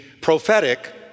prophetic